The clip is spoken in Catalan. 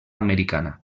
americana